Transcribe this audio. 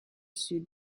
sud